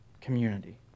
community